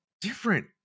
different